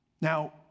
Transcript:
Now